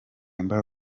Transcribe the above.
amber